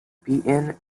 beaten